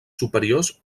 superiors